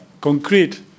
concrete